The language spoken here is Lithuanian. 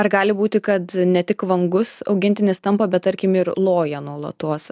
ar gali būti kad ne tik vangus augintinis tampa bet tarkim ir loja nuolatos